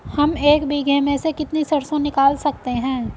हम एक बीघे में से कितनी सरसों निकाल सकते हैं?